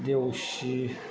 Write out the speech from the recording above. देवसि